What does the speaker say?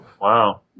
Wow